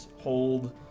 hold